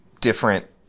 different